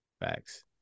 facts